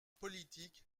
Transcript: politique